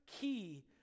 key